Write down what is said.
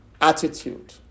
attitude